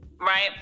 right